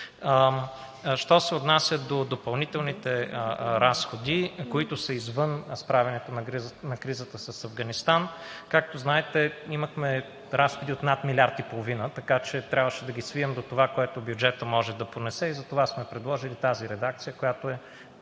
Що се отнася до допълнителните разходи, които са извън справянето на кризата с Афганистан, както знаете, имахме разходи от над милиард и половина, така че трябваше да ги свием до това, което бюджетът може да понесе и сме предложили тази редакция, която е